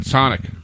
Sonic